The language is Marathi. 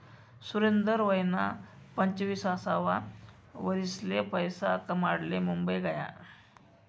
सुरेंदर वयना पंचवीससावा वरीसले पैसा कमाडाले मुंबई गया